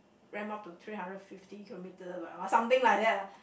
ram up to three hundred fifty kilometres but something like that lah